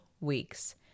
weeks